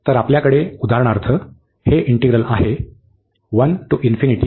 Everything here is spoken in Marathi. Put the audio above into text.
तर आपल्याकडे उदाहरणार्थ आपल्याकडे हे इंटिग्रल आहे